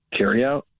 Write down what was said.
carryout